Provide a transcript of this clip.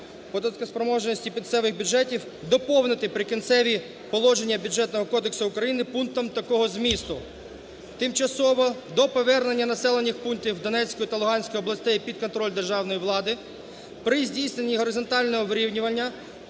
податкоспроможності місцевих бюджетів доповнити Прикінцеві положення Бюджетного кодексу України пунктом такого змісту: "Тимчасово до повернення населених пунктів Донецької та Луганської областей під контроль державної влади при здійсненні горизонтального вирівнювання